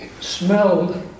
smelled